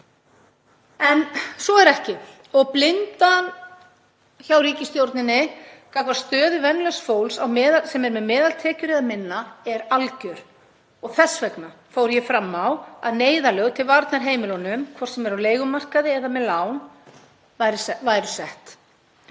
En svo er ekki. Blindan hjá ríkisstjórninni gagnvart stöðu venjulegs fólks, sem er með meðaltekjur eða minna, er algjör og þess vegna fór ég fram á að sett yrðu neyðarlög til varnar heimilunum, hvort sem er á leigumarkaði eða með lán.